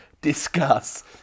discuss